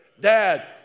Dad